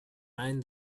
mind